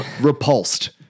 repulsed